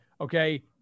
Okay